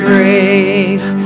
Grace